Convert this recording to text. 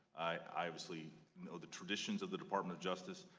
i obviously know the traditions of the department of justice,